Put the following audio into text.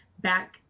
back